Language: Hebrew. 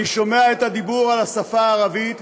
אני שומע את הדיבור על השפה הערבית,